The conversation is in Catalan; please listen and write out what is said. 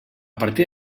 partir